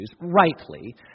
rightly